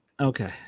Okay